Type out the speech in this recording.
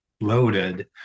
loaded